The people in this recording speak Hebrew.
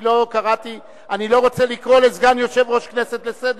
אני לא רוצה לקרוא לסגן יושב-ראש לסדר,